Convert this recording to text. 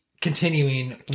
continuing